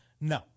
no